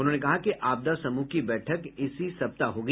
उन्होंने कहा कि आपदा समूह की बैठक इसी सप्ताह होगी